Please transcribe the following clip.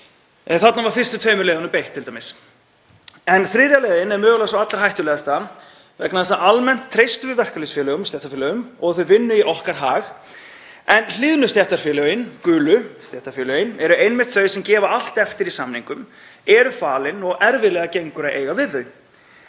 þarna var fyrstu tveimur leiðunum beitt. Þriðja leiðin er mögulega sú allra hættulegasta vegna þess að almennt treystum við verkalýðsfélögum, stéttarfélögum, treystum því að þau vinni í okkar hag. En hlýðnu stéttarfélögin, gulu stéttarfélögin, eru þau sem gefa allt eftir í samningum, eru falin, og erfiðlega gengur að eiga við þau.